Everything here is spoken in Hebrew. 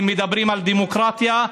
אם מדברים על דמוקרטיה,